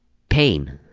pain.